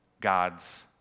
God's